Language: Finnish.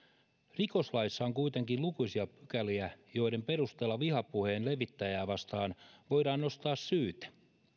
rikoslaissa on kuitenkin lukuisia pykäliä joiden perusteella vihapuheen levittäjää vastaan voidaan nostaa syyte